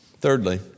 Thirdly